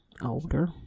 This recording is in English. older